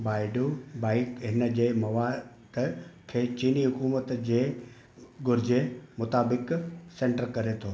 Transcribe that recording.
Baidu bike हिन जे मवाद खे चीनी हुक़ूमत जे घुरिजे मुताबिक सेंटर करे थो